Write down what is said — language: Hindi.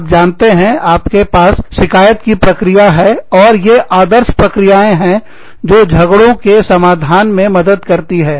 आप जानते हैं आपके पास शिकायत की प्रक्रियाएं हैं और ये आदर्श प्रक्रियाएं हैं जो झगड़ों के समाधान में मदद करती हैं